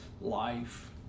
life